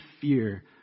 fear